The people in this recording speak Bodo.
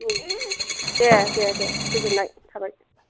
दे दे गोजोननाय थाबाय